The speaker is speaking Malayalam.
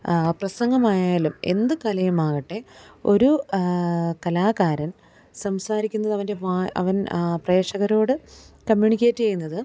പ്രസംഗമായാലും എന്ത് കലയുമാകട്ടെ ഒരു കലാകാരൻ സംസാരിക്കുന്നതവന്റെ വായ അവൻ പ്രേക്ഷകരോട് കമ്മ്യൂണിക്കേറ്റ് ചെയ്യുന്നത്